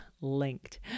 linked